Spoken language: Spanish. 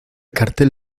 cartel